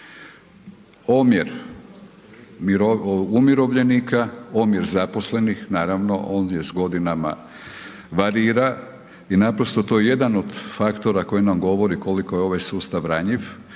Omjer umirovljenika, omjer zaposlenih on godinama varira i to je jedan od faktora koji nam govori koliko je ovaj sustav ranjiv.